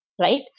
Right